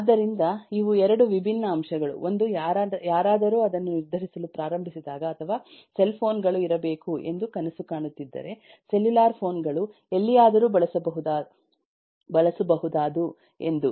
ಆದ್ದರಿಂದ ಇವು 2 ವಿಭಿನ್ನ ಅಂಶಗಳು 1 ಯಾರಾದರೂ ಅದನ್ನು ನಿರ್ಧರಿಸಲು ಪ್ರಾರಂಭಿಸಿದಾಗ ಅಥವಾ ಸೆಲ್ ಫೋನ್ಗಳು ಇರಬೇಕು ಎಂದು ಕನಸು ಕಾಣುತ್ತಿದ್ದರೆ ಸೆಲ್ಯುಲಾರ್ ಫೋನ್ಗಳು ಎಲ್ಲಿಯಾದರೂ ಬಳಸಬಹುದಾದು ಎಂದು